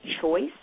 choice